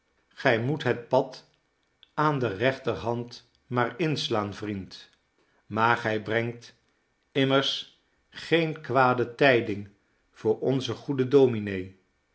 gij moet het pad aan de rechterhand maar inslaan vriend maar gij brengt immers geene kwade tijding voor onzen goeden domine